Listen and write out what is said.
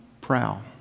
prowl